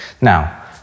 now